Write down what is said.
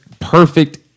perfect